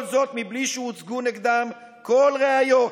כל זאת בלי שהוצגו נגדם כל ראיות.